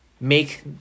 make